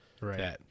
right